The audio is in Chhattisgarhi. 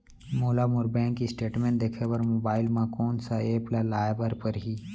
मोला मोर बैंक स्टेटमेंट देखे बर मोबाइल मा कोन सा एप ला लाए बर परही?